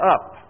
up